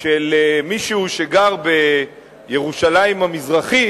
של מישהו שגר בירושלים המזרחית,